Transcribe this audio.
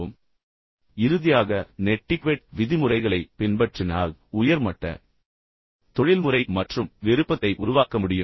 இறுதியாக நான் உங்களுக்குச் சொல்ல விரும்புவது என்னவென்றால் நெட்டிக்வெட் விதிமுறைகளைப் பின்பற்றினால் உயர் மட்ட தொழில்முறை மற்றும் விருப்பத்தை உருவாக்க முடியும்